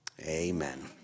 Amen